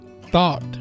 thought